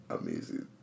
amazing